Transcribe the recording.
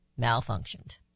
malfunctioned